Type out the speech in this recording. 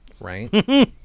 right